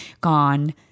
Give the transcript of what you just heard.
gone